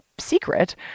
secret